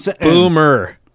Boomer